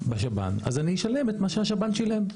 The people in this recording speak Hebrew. בשב"ן אז אני אשלם את מה שהשב"ן שילם.